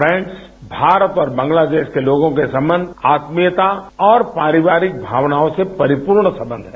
friends Bharat और बांग्लादेश के लोगों के संबंध आत्मीयता और पारिवारिक भावनाओं से परिपूर्ण संबंध है